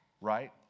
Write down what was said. Right